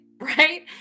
right